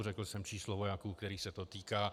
Řekl jsem číslo vojáků, kterých se to týká.